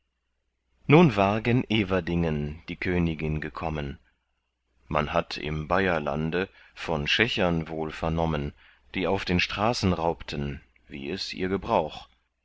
nun war gen everdingen die königin gekommen man hatt im bayerlande von schächern wohl vernommen die auf den straßen raubten wie es ihr gebrauch